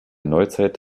neuzeit